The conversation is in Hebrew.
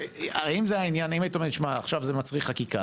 אם היית אומר לי שזה מצריך עכשיו חקיקה,